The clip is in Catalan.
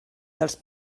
dels